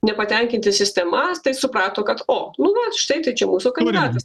nepatenkinti sistema tai suprato kad o nu vant štai čia mūsų kandidatas